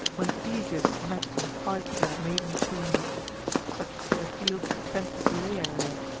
when theseus met in fight their maiden queen such to the field penthisilea led,